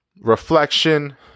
reflection